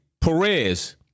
Perez